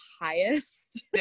highest